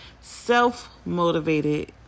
self-motivated